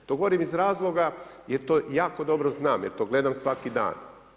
To govorim iz razloga jer to jako dobro znam, jer to gledam svaki dan.